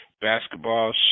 basketball